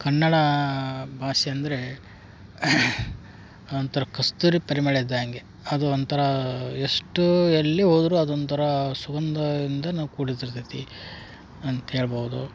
ಕನ್ನಡ ಭಾಷೆ ಅಂದರೆ ಒಂಥರ ಕಸ್ತೂರಿ ಪರಿಮಳ ಇದ್ದಾಂಗೆ ಅದು ಒಂಥರಾ ಎಷ್ಟು ಎಲ್ಲಿ ಹೋದ್ರು ಅದೊಂಥರಾ ಸುಗಂಧ ಇಂಧನ ಕೂಡಿರ್ತಿರ್ತೆತಿ ಅಂತ ಹೇಳ್ಬೌದು